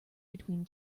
between